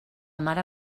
mare